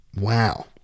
Wow